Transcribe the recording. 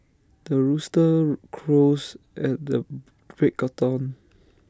the rooster crows at the break of dawn